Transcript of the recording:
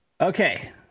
Okay